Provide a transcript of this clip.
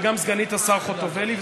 וגם סגנית השר חוטובלי.